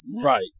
Right